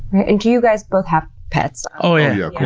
and do you guys both have pets? oh yeah.